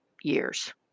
years